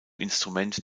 instrument